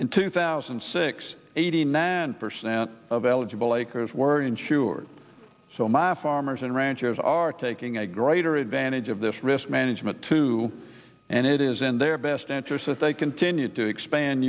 in two thousand and six eighty nine percent of eligible acres were insured so my farmers and ranchers are taking a greater advantage of this risk management too and it is in their best interest as they continue to expand